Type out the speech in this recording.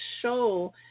show